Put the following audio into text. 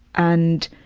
and